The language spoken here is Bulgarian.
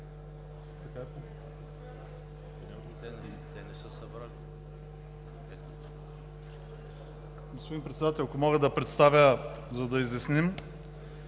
Господин Председател, ако може, да представя, за да изясним: